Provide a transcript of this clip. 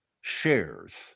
shares